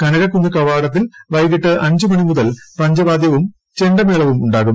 കനകക്കുന്ന് കവാടത്തിൽ വൈകിട്ട് അഞ്ച് മണിമുതൽ പഞ്ചവാദ്യവും ചെണ്ടമേളവും ഉണ്ടാകും